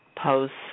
posts